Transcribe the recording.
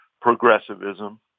progressivism